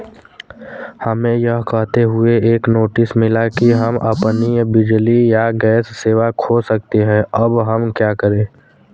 हमें यह कहते हुए एक नोटिस मिला कि हम अपनी बिजली या गैस सेवा खो सकते हैं अब हम क्या करें?